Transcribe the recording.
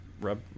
rub